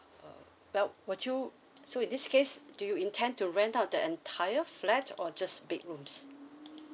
well would you so in this case do you intend to rent out the entire flat or just big rooms